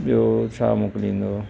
ॿियो छा मोकिलींदव